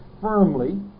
firmly